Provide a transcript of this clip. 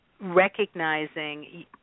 recognizing